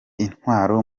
intwaro